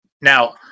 Now